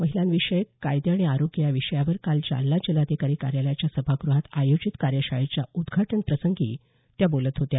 महिलांविषयक कायदे आणि आरोग्य या विषयावर काल जालना जिल्हाधिकारी कार्यालयाच्या सभागृहात आयोजित कार्यशाळेच्या उदघाटन प्रसंगी त्या बोलत होत्या